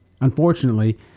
Unfortunately